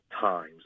times